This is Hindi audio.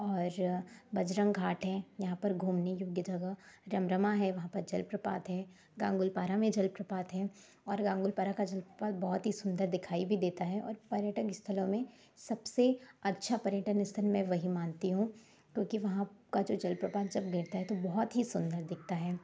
और बजरंग घाट है यहाँ पर घूमने की जगह रमरमा है वहाँ पर जलप्रपात है गांगुलपारा में जलप्रपात है और गांगुलपारा का जलप्रपात बहुत ही सुंदर दिखाई भी देता और पर्यटक स्थलों में सबसे अच्छा पर्यटन स्थल मैं वही मानती हूँ क्योंकि वहाँ का जो जलप्रपात जब गिरता है तो बहुत ही सुंदर दिखता है